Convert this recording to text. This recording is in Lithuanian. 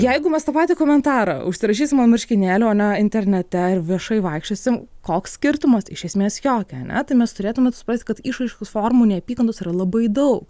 jeigu mes tą patį komentarą užsirašysim ant marškinėlių ar ne internete ir viešai vaikščiosim koks skirtumas iš esmės jokio ane tai mes turėtume suprasti kad išraiškos formų neapykantos yra labai daug